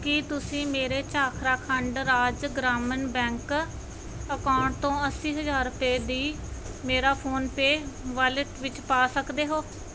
ਕੀ ਤੁਸੀਂ ਮੇਰੇ Jharkhand Rajya Gramin bank account ਤੋਂ ਅੱਸੀ ਹਜਾਰ ਰੁਪਏ ਦੀ ਮੇਰਾ ਫੋਨਪੇ ਵਾਲਿਟ ਵਿੱਚ ਪਾ ਸਕਦੇ ਹੋ